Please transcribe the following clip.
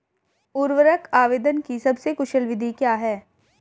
उर्वरक आवेदन की सबसे कुशल विधि क्या है?